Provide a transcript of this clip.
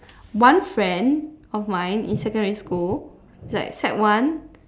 one friend of mine in secondary school like sec one